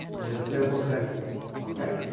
it is a simple sentence. okay?